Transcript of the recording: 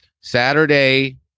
saturday